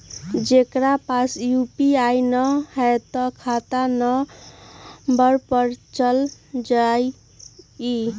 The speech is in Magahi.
जेकरा पास यू.पी.आई न है त खाता नं पर चल जाह ई?